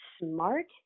smart